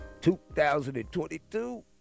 2022